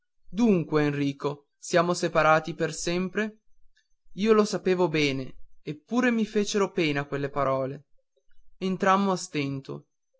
dunque enrico siamo separati per sempre io lo sapevo bene eppure mi fecero pena quelle parole entrammo a stento